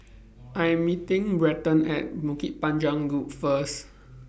I Am meeting Brenton At Bukit Panjang Loop First